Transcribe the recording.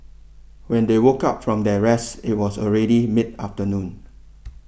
when they woke up from their rest it was already mid afternoon